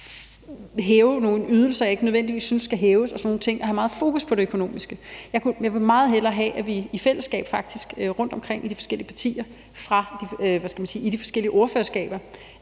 hæve nogle ydelser, jeg ikke nødvendigvis synes skal hæves, og sådan nogle ting, altså det at have meget fokus på det økonomiske. Jeg vil faktisk meget hellere have, at vi adresserer det i fællesskab rundtomkring i de forskellige partier og i de forskellige ordførerskaber,